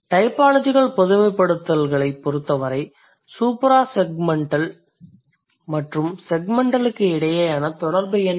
typological பொதுமைப்படுத்துதல்களைப் பொருத்தவரை suprasegmental மற்றும் செக்மெண்டலுக்கு இடையேயான தொடர்பு என்ன